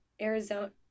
Arizona